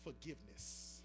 forgiveness